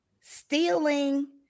stealing